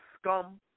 scum